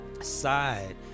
side